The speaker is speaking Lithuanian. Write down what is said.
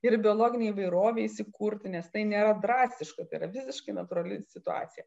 ir biologinei įvairovei įsikurti nes tai nėra drastiška tai yra visiškai natūrali situacija